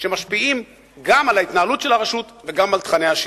שמשפיעים גם על ההתנהלות של הרשות וגם על תוכני השידור.